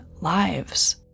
lives